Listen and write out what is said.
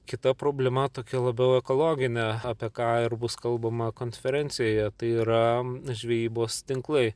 kita problema tokia labiau ekologinė apie ką ir bus kalbama konferencijoje tai yra žvejybos tinklai